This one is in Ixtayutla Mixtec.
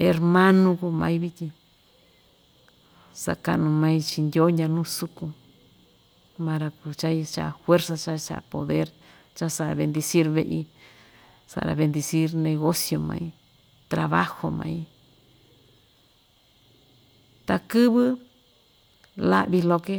hermanu kuu mai vityin sakaꞌnu mai chii ndyoo ndya nuu sukun maa‑ra kuu icha fuerza cha ichaꞌa poder cha saꞌa vendecir veꞌi saꞌa‑ra vendecir negocio mai trabajo mai takɨvɨ, laꞌvi loke.